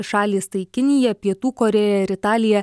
šalys tai kinija pietų korėja ir italija